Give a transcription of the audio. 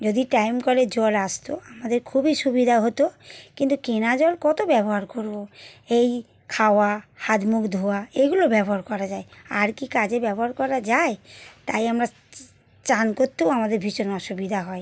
যদি টাইম কলে জল আসতো আমাদের খুবই সুবিধা হতো কিন্তু কেনা জল কতো ব্যবহার করবো এই খাওয়া হাত মুখ ধোয়া এগুলো ব্যবহার করা যায় আর কী কাজে ব্যবহার করা যায় তাই আমরা চান করতেও আমাদের ভীষণ অসুবিধা হয়